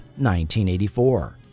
1984